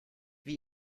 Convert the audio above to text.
wie